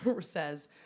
says